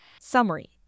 Summary